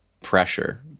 pressure